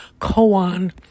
koan